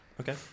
Okay